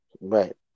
right